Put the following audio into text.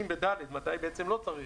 שהוזכר